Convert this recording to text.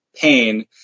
pain